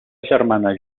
germana